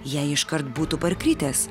jei iškart būtų parkritęs